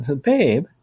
babe